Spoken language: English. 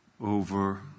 over